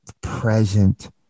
present